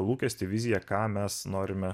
lūkestį viziją ką mes norime